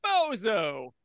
Bozo